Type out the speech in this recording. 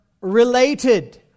related